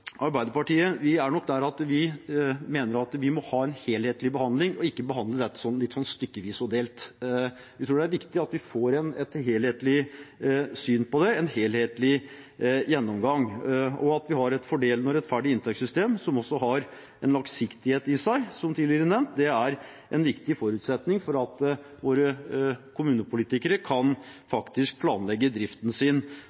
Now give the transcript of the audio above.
Arbeiderpartiet er nok der at vi mener vi må ha en helhetlig behandling og ikke bør behandle dette stykkevis og delt. Vi tror det er viktig at vi får et helhetlig syn på det, en helhetlig gjennomgang, og at vi har et fordelende og rettferdig inntektssystem som har en langsiktighet i seg, som tidligere nevnt. Det er en viktig forutsetning for at våre kommunepolitikere kan